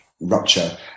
rupture